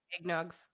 eggnog